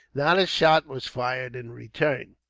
not a shot was fired in return,